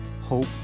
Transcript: hope